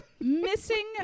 missing